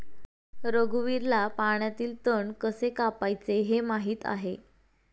रघुवीरला पाण्यातील तण कसे कापायचे हे माहित आहे